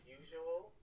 usual